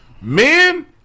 Men